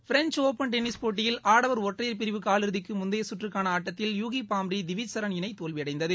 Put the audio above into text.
French Open tennis போட்டியில் ஆடவர் இரட்டையர் பிரிவு காலிறுதிக்கு முந்தைய கற்றுக்கான ஆட்டத்தில் யூகி பாம்ரி திவிஜ் ஷரண் இணை தோல்வியடைந்தது